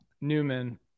Newman